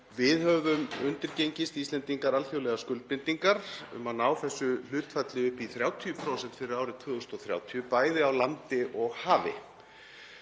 höfum undirgengist alþjóðlegar skuldbindingar um að ná þessu hlutfalli upp í 30% fyrir árið 2030, bæði á landi og hafi.